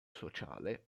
sociale